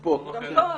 הוא כאן.